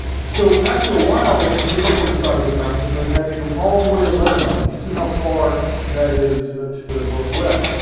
so after a while, they had to give up on the zagros mountains, and they had to go all the way to lebanon, and you see how that is to the northwest,